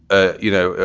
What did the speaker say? ah you know,